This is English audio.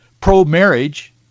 pro-marriage